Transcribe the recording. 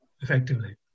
effectively